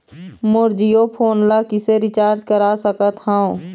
मोर Jio phone ला किसे recharge करा सकत हवं?